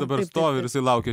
dabar stovi ir laukia